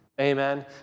Amen